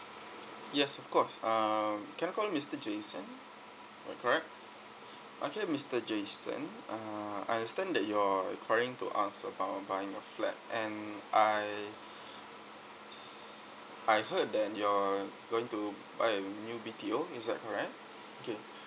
yes of course uh can I call you mister jason correct okay mister jason uh I understand that you're calling to ask about buying a flat and I s~ I heard that you're going to buy a new B_T_O is that correct okay